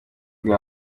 rwe